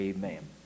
Amen